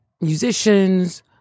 musicians